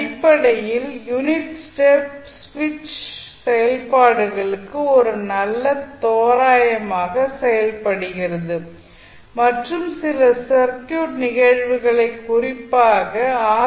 அடிப்படையில் unit step சுவிட்ச் செயல்பாடுகளுக்கு ஒரு நல்ல தோராயமாக செயல்படுகிறது மற்றும் சில சர்க்யூட் நிகழ்வுகளை குறிப்பாக ஆர்